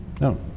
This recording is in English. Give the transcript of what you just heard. No